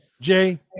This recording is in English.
Jay